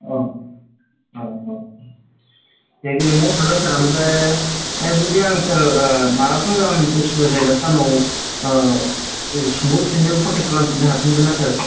औ औ औ दे गोजोननाय थाबाय सार ओमफ्राय जुदि आं सार ओ माबाफोर आं उसुबिदा जायोबा सारनाव ओ सोंहरफिन्नो कन्टेक्ट खालामफिन्नो हाफिनगोनना सार